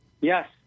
Yes